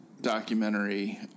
documentary